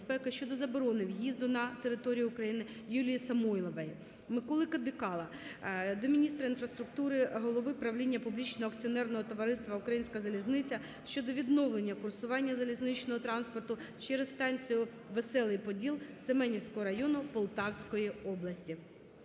щодо заборони в'їзду на територію України Юлії Самойловій. Миколи Кадикала до міністра інфраструктури, Голови правління публічного акціонерного товариства "Українська залізниця" щодо відновлення курсування залізничного транспорту через станцію "Веселий Поділ" Семенівського району Полтавської області.